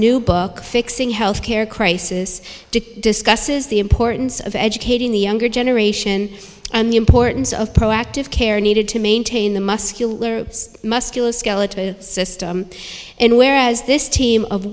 new book fixing health care crisis did discusses the importance of educating the younger generation and the importance of proactive care needed to maintain the muscular apps musculoskeletal system in where has this team